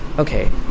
Okay